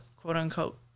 quote-unquote